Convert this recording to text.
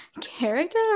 character